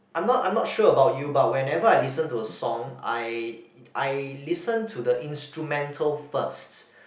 I'm not I'm not sure about you but whenever I listen to a song I I listen to the instrumental first